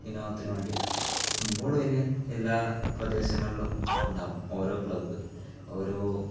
വിനോദത്തിന് വേണ്ടിയിട്ട് ഫുട്ബോൾ പിന്നെ എല്ലാ പ്രദേശങ്ങളിലും ഉണ്ടാവും ഓരോ ക്ലബ്ബ് ഓരോ